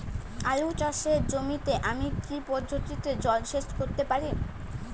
আলু চাষে জমিতে আমি কী পদ্ধতিতে জলসেচ করতে পারি?